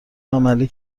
عملی